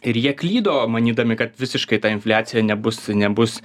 ir jie klydo manydami kad visiškai ta infliacija nebus nebus